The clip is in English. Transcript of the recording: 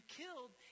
killed